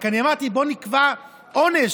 רק אמרתי שנקבע עונש,